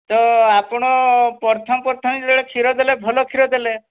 ତ ଆପଣ ପ୍ରଥମେ ପ୍ରଥମେ ଯେତେବେଳେ କ୍ଷୀର ଦେଲେ ଭଲ କ୍ଷୀର ଦେଲେ